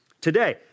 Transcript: today